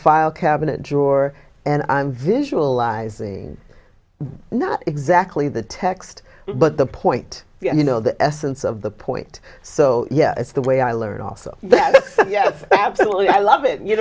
file cabinet drawer and i'm visualizing not exactly the text but the point you know the essence of the point so yeah it's the way i learned also that yes absolutely i love it you